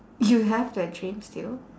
you have that dream still